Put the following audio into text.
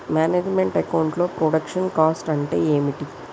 Manage meant account లో production cost అంటే ఏమిటి?